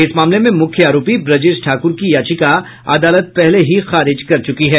इस मामले में मुख्य आरोपी ब्रजेश ठाकुर की याचिका अदालत पहले ही खारिज कर चुकी है